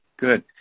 good